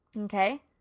okay